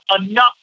enough